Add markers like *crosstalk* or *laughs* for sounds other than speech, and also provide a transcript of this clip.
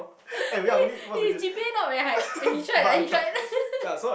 *laughs* okay his g_p_a not very high he tried lah he tried *laughs*